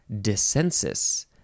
Dissensus